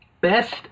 Best